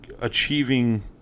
achieving